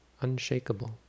unshakable